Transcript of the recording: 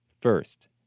First